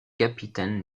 capitaine